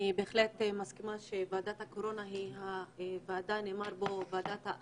אני בהחלט מסכימה שוועדת הקורונה היא הוועדה של העם.